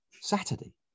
saturday